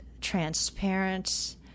transparent